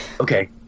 Okay